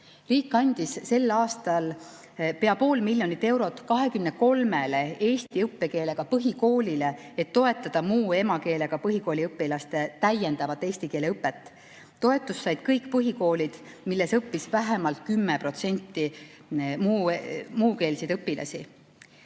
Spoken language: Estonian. Riik andis sel aastal pea pool miljonit eurot 23‑le eesti õppekeelega põhikoolile, et toetada muu emakeelega põhikooliõpilaste täiendavat eesti keele õpet. Toetust said kõik põhikoolid, milles õppis vähemalt 10% muukeelseid õpilasi.